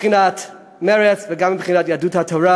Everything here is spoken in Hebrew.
מבחינת מרצ, וגם מבחינת יהדות התורה,